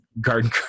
garden